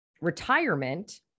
retirement